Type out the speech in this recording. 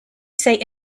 say